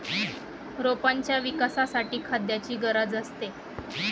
रोपांच्या विकासासाठी खाद्याची गरज असते